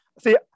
See